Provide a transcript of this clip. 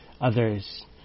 others